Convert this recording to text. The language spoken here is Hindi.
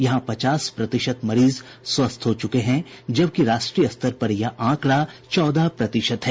यहां पचास प्रतिशत मरीज स्वस्थ हो चुके हैं जबकि राष्ट्रीय स्तर पर यह आंकड़ा चौदह प्रतिशत है